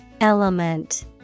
Element